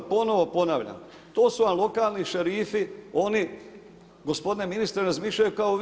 Ponovno ponavljam, to su vam lokalni šerifi, oni gospodine ministre, razmišljaju kao vi.